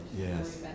Yes